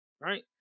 Right